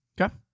Okay